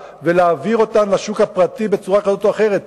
ולהעביר אותן לשוק הפרטי בצורה כזאת או אחרת.